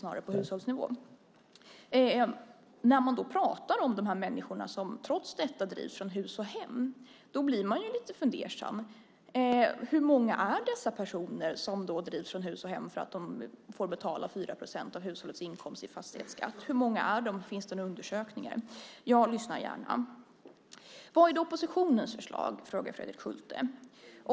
När det då pratas om de människor som trots detta drivs från hus och hem blir man ju lite fundersam. Hur många är dessa personer som drivs från hus och hem därför att de får betala 4 procent av hushållets inkomst i fastighetsskatt. Hur många är de? Finns det en undersökning? Jag lyssnar gärna. Vad är oppositionens förslag? frågar Fredrik Schulte.